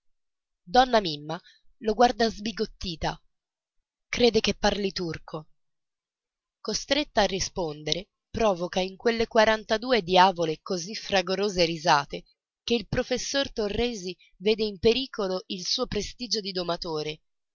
donna mimma lo guarda sbigottita crede che parli turco costretta a rispondere provoca in quelle quarantadue diavole così fragorose risate che il professor torresi vede in pericolo il suo prestigio di domatore